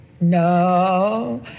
No